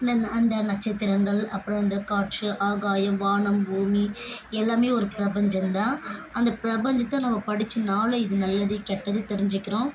என்னன்னா அந்த நட்சத்திரங்கள் அப்புறம் இந்த காற்று ஆகாயம் வானம் பூமி எல்லாமே ஒரு பிரபஞ்சம் தான் அந்த பிரபஞ்சத்தை நம்ம படித்து நாலேஜ் நல்லது கெட்டது தெரிஞ்சிக்கிறோம்